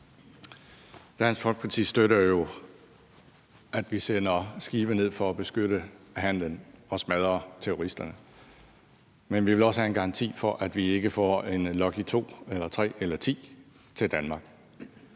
Dansk Folkeparti støtter jo, at vi sender skibe derned for at beskytte handelen og smadre terroristerne, men vi vil også have en garanti for, at vi ikke får en Lucky 2, en Lucky 3 eller